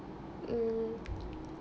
mm